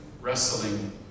wrestling